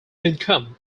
income